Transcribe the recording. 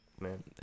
Man